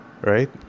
right